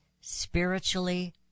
spiritually